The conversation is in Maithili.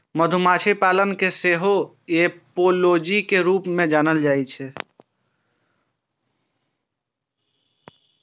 मधुमाछी पालन कें सेहो एपियोलॉजी के रूप मे जानल जाइ छै